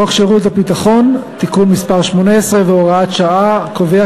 חוק שירות ביטחון (תיקון מס' 18 והוראת שעה) קובע